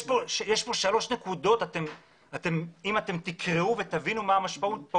יש שלוש נקודות, אם תקראו ותבינו את המשמעות.